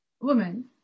woman